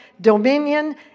dominion